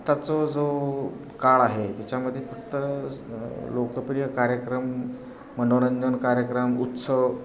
आताचा जो काळ आहे त्याच्यामध्ये फक्त लोकप्रिय कार्यक्रम मनोरंजन कार्यक्रम उत्सव